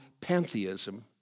pantheism